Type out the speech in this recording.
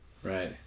Right